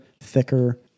thicker